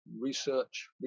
research